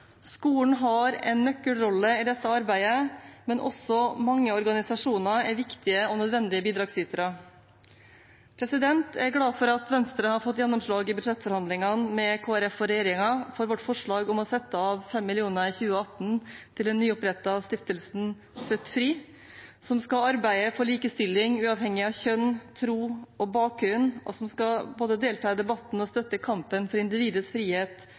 Skolen har en nøkkelrolle i dette arbeidet, men også mange organisasjoner er viktige og nødvendige bidragsytere. Jeg er glad for at Venstre i budsjettforhandlingene med Kristelig Folkeparti og regjeringen har fått gjennomslag for vårt forslag om å sette av 5 mill. kr i 2018 til den nyopprettede stiftelsen Født Fri, som skal arbeide for likestilling uavhengig av kjønn, tro og bakgrunn, og som både skal delta i debatten og støtte kampen for individets frihet